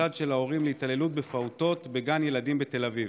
חשד של הורים להתעללות בפעוטות בגן ילדים בתל אביב.